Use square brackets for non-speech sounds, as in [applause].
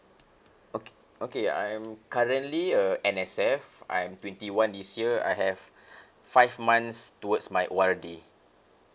okay okay I'm currently a N_S_F I'm twenty one this year I have [breath] five months towards my O_R_D